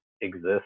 exist